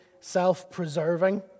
self-preserving